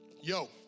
Yo